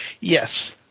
Yes